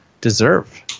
deserve